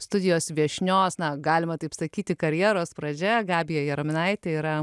studijos viešnios na galima taip sakyti karjeros pradžia gabija jaraminaitė yra